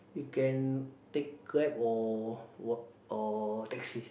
we can take Grab or what or taxi